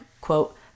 quote